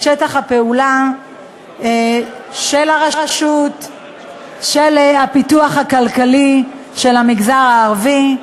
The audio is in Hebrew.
שטח הפעולה של הרשות לפיתוח כלכלי של המגזר הערבי,